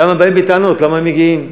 למה באים בטענות למה הם מגיעים?